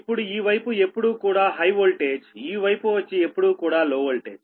ఇప్పుడు ఈ వైపు ఎప్పుడూ కూడా హై వోల్టేజ్ఈ వైపు వచ్చి ఎప్పుడూ కూడా లో వోల్టేజ్